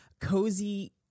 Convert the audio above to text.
cozy